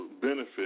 benefit